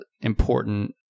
important